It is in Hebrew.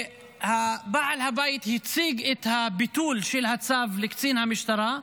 בעל הבית הציג את הביטול של הצו לקצין משטרה,